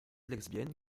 lesbiennes